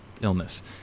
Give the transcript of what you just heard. illness